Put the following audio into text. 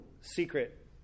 secret